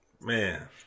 Man